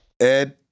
Ed